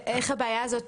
הכוונה שיהיו מעבדות,